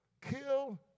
kill